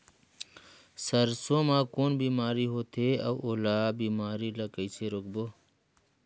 सरसो मा कौन बीमारी होथे अउ ओला बीमारी ला कइसे रोकबो?